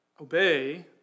obey